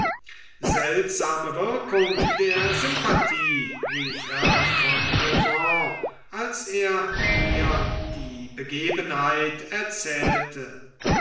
seltsame wirkung der sympathie rief herr von revanne als er mir die begebenheit erzählte